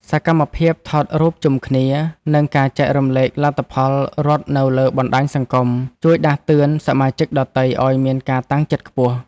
សកម្មភាពថតរូបជុំគ្នា និងការចែករំលែកលទ្ធផលរត់នៅលើបណ្ដាញសង្គម ជួយដាស់តឿនសមាជិកដទៃឱ្យមានការតាំងចិត្តខ្ពស់។